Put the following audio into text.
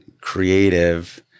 creative